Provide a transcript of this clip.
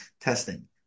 testing